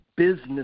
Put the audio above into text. business